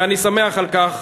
ואני שמח על כך,